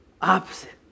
opposite